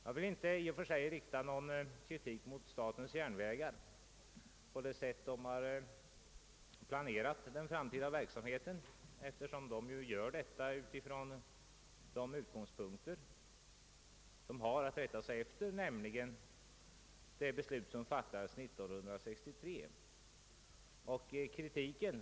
Jag vill inte rikta någon kritik mot det sätt på vilket SJ planerat sin verksamhet, eftersom statens järnvägar har gjort det utifrån de förutsättningar verket har att hålla sig till, dvs. 1963 års riksdagsbeslut.